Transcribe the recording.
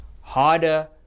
harder